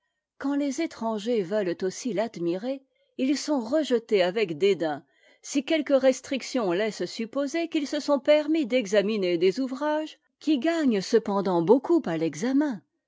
quand les étrangers veulent aussi l'admirer ils sont rejetés avec dédain si quelques restrictions laissent supposer qù'its se sont permis d'examiner des ouvrages qui gagnent cependant beaucoup à l'examen